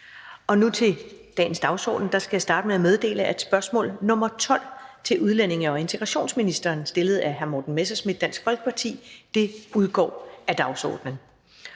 af www.folketingstidende.dk (jf. ovenfor). Jeg skal meddele, at spørgsmål nr. 12 til udlændinge- og integrationsministeren stillet af hr. Morten Messerschmidt, Dansk Folkeparti, udgår af dagsordenen.